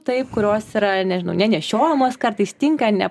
taip kurios yra nežinau nenešiojamos kartais tinka ne